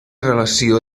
relació